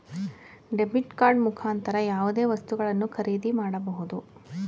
debit card ಮುಖಾಂತರ ಯಾವುದೇ ವಸ್ತುಗಳನ್ನು ಖರೀದಿ ಮಾಡಬಹುದು